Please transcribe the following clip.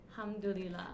Hamdulillah